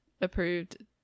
Approved